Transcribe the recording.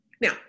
Now